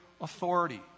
authority